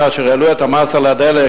כאשר העלו את המס על הדלק,